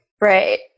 Right